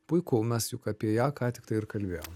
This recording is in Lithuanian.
puiku mes juk apie ją ką tiktai ir kalbėjom